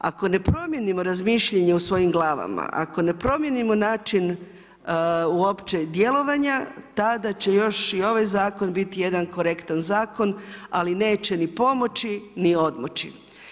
Ako ne promijenimo razmišljanje u svojim glavama, ako ne promijenimo način uopće djelovanja, tada će još i ovaj Zakon biti jedan korektan zakon, ali neće ni pomoći ni odmoći.